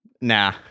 Nah